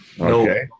Okay